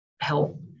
help